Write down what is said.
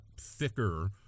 thicker